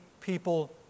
people